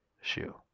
shoe